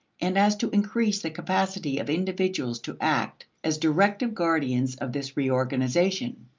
and as to increase the capacity of individuals to act as directive guardians of this reorganization.